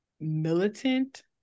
militant